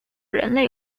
人类